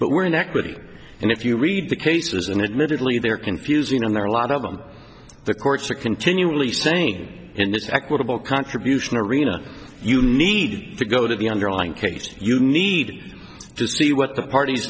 but were in equity and if you read the cases and admittedly they're confusing and there are a lot of them the courts are continually saying in this equitable contribution arena you need to go to the underlying case you need to see what the parties